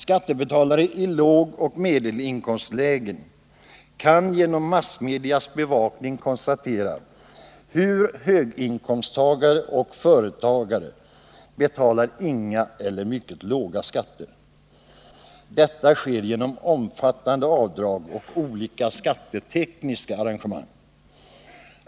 Skattebetalare i lågoch medelinkomstlägen kan genom massmedias bevakning konstatera hur höginkomsttagare och företagare betalar inga eller mycket låga skatter. Detta sker genom omfattande avdrag och olika skattetekniska arrangemang.